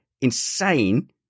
insane